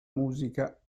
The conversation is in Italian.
musica